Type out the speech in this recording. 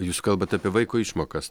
jūs kalbat apie vaiko išmokas